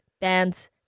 bands